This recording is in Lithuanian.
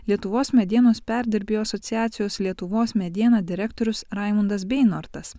lietuvos medienos perdirbėjų asociacijos lietuvos mediena direktorius raimundas beinortas